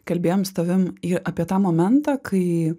kalbėjom su tavim į apie tą momentą kai